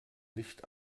nicht